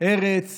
ארץ